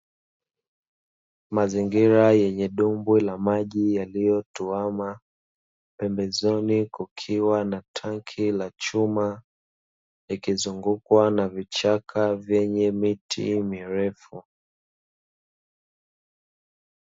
Mazingira yenye dimbwi la maji yaliyotuama, pembezoni kukiwa na tanki la chuma likizungukwa na vichaka vyenye miti mirefu.